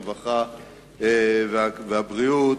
הרווחה והבריאות,